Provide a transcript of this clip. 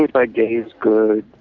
like gay is good!